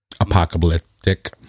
apocalyptic